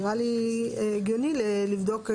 נראה לי הגיוני לבדוק,